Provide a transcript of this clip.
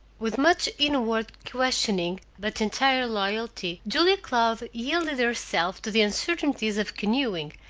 with much inward questioning but entire loyalty julia cloud yielded herself to the uncertainties of canoeing,